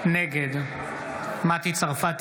נגד מטי צרפתי